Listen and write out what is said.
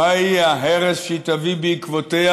מה יהיה ההרס שהיא תביא בעקבותיה?